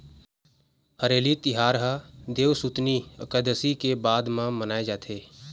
हरेली तिहार ह देवसुतनी अकादसी के बाद म मनाए जाथे